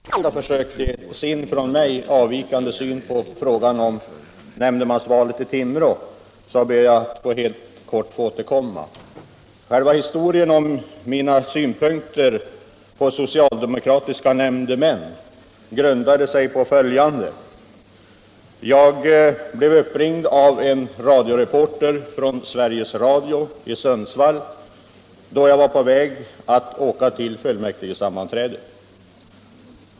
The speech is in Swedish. Herr talman! Jag tänkte låta det tidigare sagda vara nog i den här frågan, men då nu herr Olsson i Sundsvall delgav kammaren sin från min egen avvikande syn på frågan om nämndemannavalet i Timrå ber jag att helt kort få återkomma. Historien om mina synpunkter på socialdemokratiska nämndemän grundar sig på följande. Jag blev uppringd av en reporter från Sveriges Radio i Sundsvall, då jag var på väg att åka till fullmäktigesammanträdet.